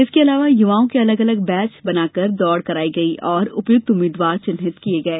इसके अलावा युवाओं के अलग अलग बैच बनाकर दौड़ कराई गई और उपयुक्त उम्मीदवार चिंहित किए गए